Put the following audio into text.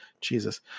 Jesus